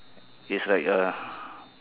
it's like a